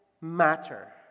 matter